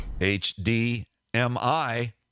H-D-M-I